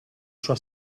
sua